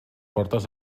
portes